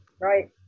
right